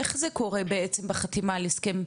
איך זה קורה בעצם בחתימה על הסכם?